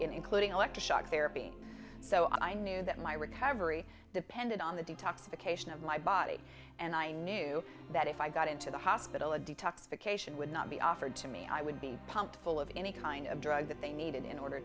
including electroshock therapy so i knew that my recovery depended on the detoxification of my body and i knew that if i got into the hospital a detoxification would not be offered to me i would be pumped full of any kind of drug that they needed in order